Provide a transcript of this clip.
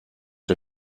der